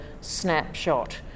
snapshot